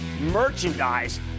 merchandise